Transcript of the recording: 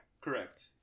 Correct